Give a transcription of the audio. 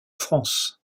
france